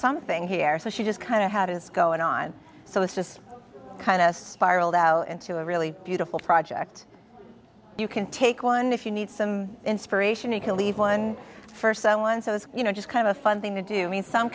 something here so she just kind of how does going on so it's just kind of spiraled out into a really beautiful project you can take one if you need some inspiration to leave one for someone so you know just kind of a fun thing to do i mean some